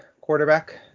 quarterback